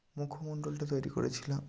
মুখমণ্ডলটা তৈরি করেছিলাম